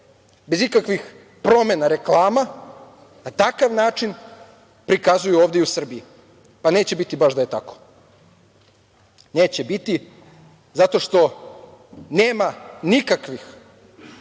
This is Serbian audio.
bez ikakvih promena reklama, na takav način prikazuju i ovde u Srbiji. Pa, neće biti baš da je tako. Neće biti zato što nema nikakvih